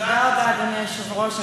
תודה רבה, אדוני היושב-ראש.